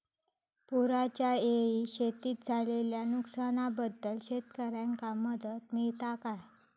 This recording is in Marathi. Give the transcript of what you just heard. पुराच्यायेळी शेतीत झालेल्या नुकसनाबद्दल शेतकऱ्यांका मदत मिळता काय?